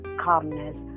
calmness